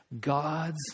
God's